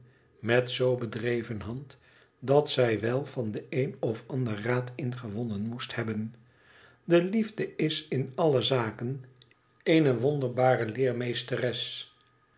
met zoo bedreven hand dat zij wel van den een of ander raad ingewonnen moest hebben de liefde is in alle zaken eene wonderbare leermeesteres